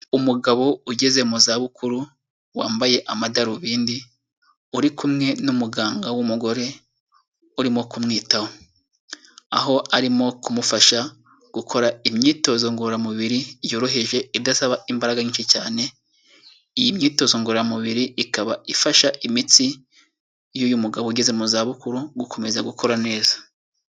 Umugabo ugeze mu zabukuru, wambaye amadarubindi uri kumwe n'umuganga w'umugore urimo kumwitaho, aho arimo kumufasha gukora imyitozo ngororamubiri yoroheje idasaba imbaraga nyinshi cyane, iyi myitozo ngororamubiri ikaba ifasha imitsi y'uyu mugabo ugeze mu zabukuru gukomeza gukora neza.